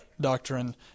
doctrine